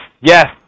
yes